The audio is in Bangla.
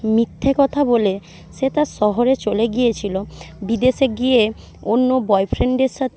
মিথ্যে কথা বলে সে তার শহরে চলে গিয়েছিলো বিদেশে গিয়ে অন্য বয়ফ্রেন্ডের সাথে